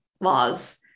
laws